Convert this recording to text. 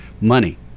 money